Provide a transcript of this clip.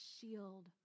shield